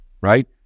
right